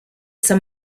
some